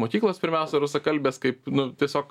mokyklas pirmiausia rusakalbes kaip nu tiesiog